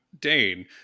Dane